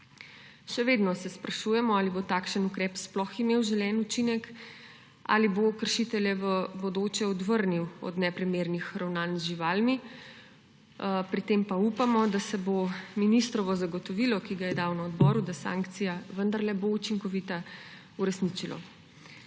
Še vedno se sprašujemo, ali bo takšen ukrep sploh imel želeni učinek, ali bo kršitelje v bodoče odvrnil od neprimernih ravnanj z živalmi, pri tem pa upamo, da se bo ministrovo zagotovilo, ki ga je dal na odboru, da sankcija vendarle bo učinkovita, uresničilo.